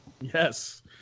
Yes